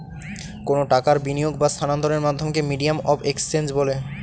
কোনো টাকার বিনিয়োগ বা স্থানান্তরের মাধ্যমকে মিডিয়াম অফ এক্সচেঞ্জ বলে